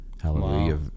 Hallelujah